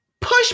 push